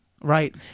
Right